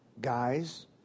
guy's